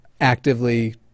actively